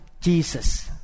Jesus